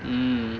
um